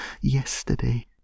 yesterday—